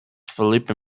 felipe